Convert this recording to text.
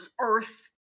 earth